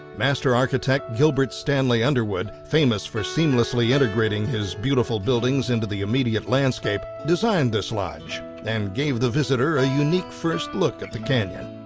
master architect gilbert stanley underwood, famous for seamlessly integrating his beautiful buildings into the immediate landscape, designed this lodge and gave the visitor a unique first look at the canyon.